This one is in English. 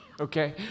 Okay